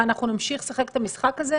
מה, אנחנו נמשיך לשחק את המשחק הזה?